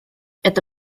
это